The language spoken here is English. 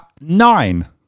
Nine